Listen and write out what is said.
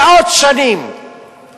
מאות שנים,